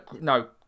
No